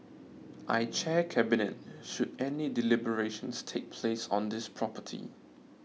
I chair Cabinet should any deliberations take place on this property